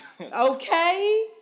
Okay